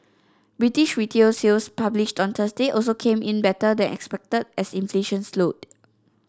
British retail sales published on Thursday also came in better than expected as inflation slowed